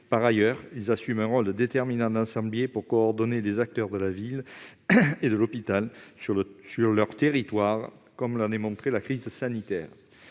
Par ailleurs, ils jouent un rôle déterminant d'ensembliers pour coordonner les acteurs de la ville et de l'hôpital sur leurs territoires, comme l'a montré la crise sanitaire.